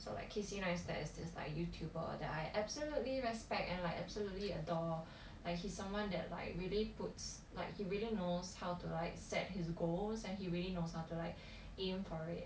so like casey neistat is this like YouTuber that I absolutely respect and like absolutely adore like he's someone that like really puts like he really knows how to like set his goals and he really knows how to like aim for it